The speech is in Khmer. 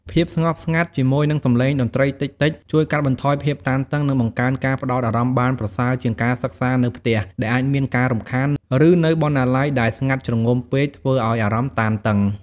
ភាពស្ងប់ស្ងាត់ជាមួយនឹងសំឡេងតន្ត្រីតិចៗ ជួយកាត់បន្ថយភាពតានតឹង និងបង្កើនការផ្ដោតអារម្មណ៍បានប្រសើរជាងការសិក្សានៅផ្ទះដែលអាចមានការរំខាន ឬនៅបណ្ណាល័យដែលស្ងាត់ជ្រងំពេកធ្វើឱ្យអារម្មណ៍តានតឹង។